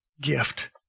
gift